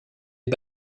est